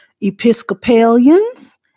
Episcopalians